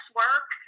work